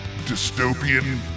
dystopian